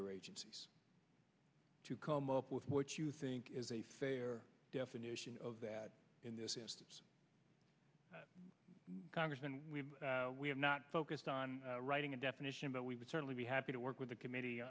your agencies to come up with what you think is a fair definition of that in this instance congressman we have not focused on writing a definition but we would certainly be happy to work with the committee